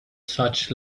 such